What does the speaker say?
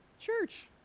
church